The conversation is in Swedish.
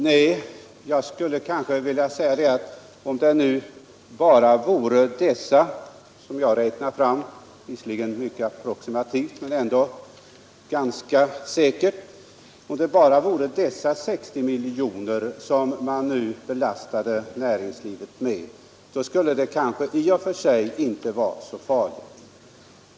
Nej, om det nu bara vore fråga om de 60 miljoner kronor som jag räknat fram — visserligen mycket approximativt men ändå med ganska stor grad av säkerhet — som nu skall belasta näringslivet, skulle det kanske i och för sig inte vara så farligt.